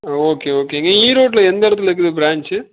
ஆ okay ஓகேங்க ஈரோட்டில் எந்த இடத்துல இருக்குது பிரான்ஞ்ச்சு